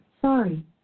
Sorry